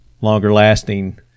longer-lasting